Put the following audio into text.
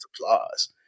applause